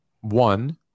one